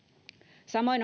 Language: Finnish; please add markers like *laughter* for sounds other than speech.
samoin *unintelligible*